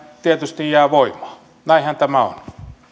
tietysti jää voimaan näinhän tämä